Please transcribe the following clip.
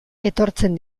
etortzen